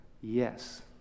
Yes